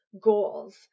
goals